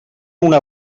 una